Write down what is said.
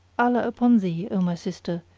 allah upon thee, o my sister,